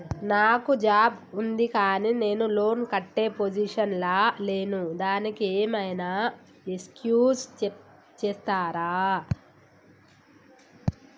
నాకు జాబ్ ఉంది కానీ నేను లోన్ కట్టే పొజిషన్ లా లేను దానికి ఏం ఐనా ఎక్స్క్యూజ్ చేస్తరా?